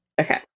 okay